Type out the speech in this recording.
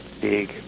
big